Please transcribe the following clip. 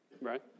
Right